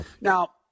Now